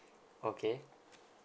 okay